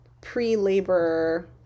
pre-labor